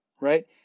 right